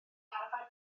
arfer